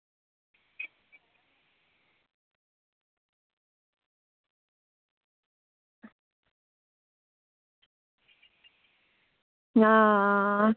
आं